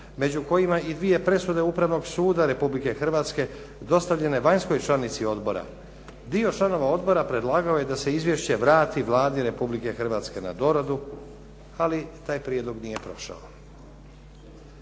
među kojima i dvije presude Upravnog suda Republike Hrvatske dostavljene vanjskoj članici odbora. Dio članova odbora predlagao je da se izvješće vrati Vladi Republike Hrvatske na doradu ali taj prijedlog nije prošao.